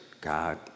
God